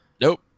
Nope